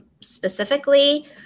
specifically